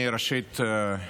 ראשית,